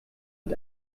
und